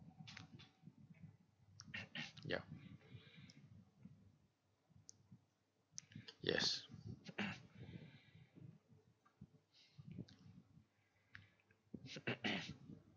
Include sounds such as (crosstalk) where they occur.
(noise) ya yes (noise) (noise)